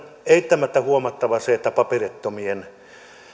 eittämättä huomattava se että paperittomien